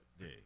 Day